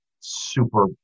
super